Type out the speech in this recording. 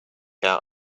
out